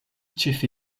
ĉefe